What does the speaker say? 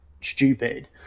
stupid